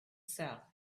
south